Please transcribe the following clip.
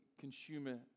consumer